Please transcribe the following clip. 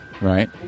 Right